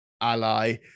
ally